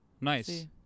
nice